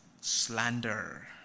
slander